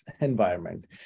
environment